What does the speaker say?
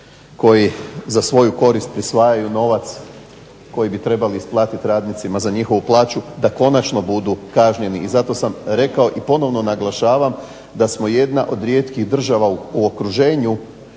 koji za svoju korist prisvajaju novac koji bi trebali isplatit radnicima za njihovu plaću da konačno budu kažnjeni. I zato sam rekao i ponovno naglašavam da smo jedna od rijetkih država u okruženju